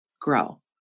grow